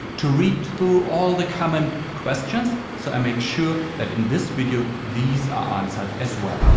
to read through all the common questions. so i make sure that in this video these are answered as well.